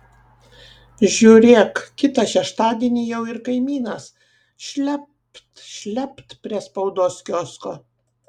žiūrėk kitą šeštadienį jau ir kaimynas šlept šlept prie spaudos kiosko